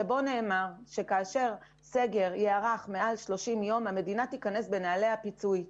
שבו נאמר שכאשר סגר יארך מעל 30 ימים המדינה תיכנס בנעלי הפיצוי.